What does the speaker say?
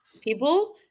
people